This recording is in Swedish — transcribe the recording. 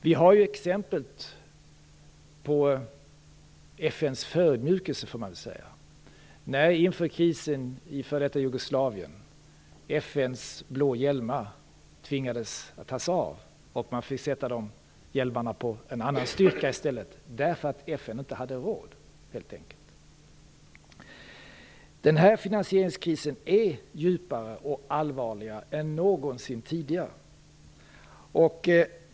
Vi har exempel på FN:s förödmjukelse, och det är när inför krisen i f.d. Jugoslavien FN:s blå hjälmar tvingades av och man fick sätta hjälmar på en annan styrka i stället därför att FN helt enkelt inte hade råd. Den här finansieringskrisen är djupare och allvarligare än någonsin tidigare.